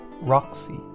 Roxy